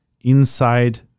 inside